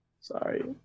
Sorry